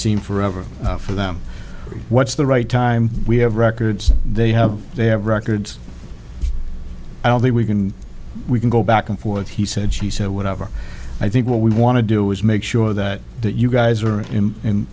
seen forever for them what's the right time we have records they have they have records i don't think we can we can go back and forth he said she said whatever i think what we want to do is make sure that you guys are in i